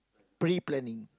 pre planning